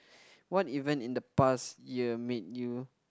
what event in the past year made you